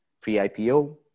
pre-IPO